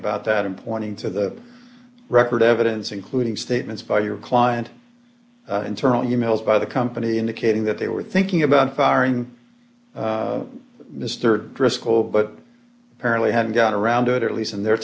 about that and pointing to the record evidence including statements by your client internal emails by the company indicating that they were thinking about firing mr driscoll but apparently hadn't got around to it at least in the